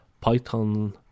Python